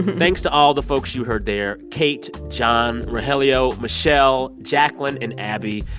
thanks to all the folks you heard there kate, john, rogelio, michelle, jacklyn and abby.